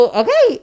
okay